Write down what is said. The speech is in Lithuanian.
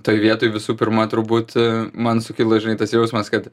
toj vietoj visų pirma turbūt man sukilo žinai tas jausmas kad